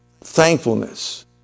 thankfulness